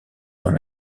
dans